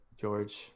george